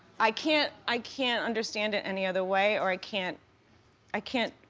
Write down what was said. i can't i can't understand it any other way, or i can't i can't